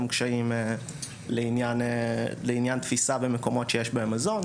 קשיים לעניין תפיסה במקומות שיש בהם מזון,